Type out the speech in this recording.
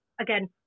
Again